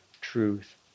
truth